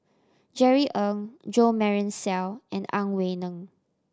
Jerry Ng Jo Marion Seow and Ang Wei Neng